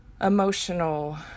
emotional